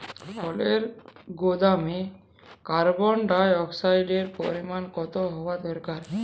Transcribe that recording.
ফলের গুদামে কার্বন ডাই অক্সাইডের পরিমাণ কত হওয়া দরকার?